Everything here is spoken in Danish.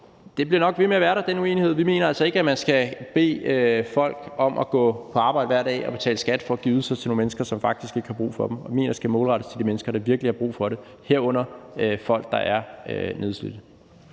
bliver nok ved med at være der. Vi mener altså ikke, at man skal bede folk om at gå på arbejde hver dag og betale skat for at give ydelser til nogle mennesker, som faktisk ikke har brug for dem. Jeg mener, at det skal målrettes de mennesker, der virkelig har brug for det, herunder folk der er nedslidte.